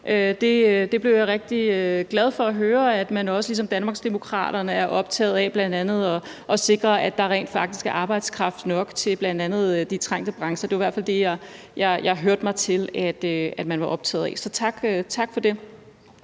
Jeg blev rigtig glad for at høre, at man ligesom Danmarksdemokraterne bl.a. er optaget af at sikre, at der rent faktisk er arbejdskraft nok til bl.a. de trængte brancher. Det var i hvert fald det, jeg hørte mig til at man var optaget af. Så tak for det.